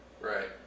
Right